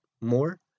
more